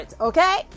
okay